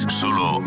solo